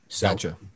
Gotcha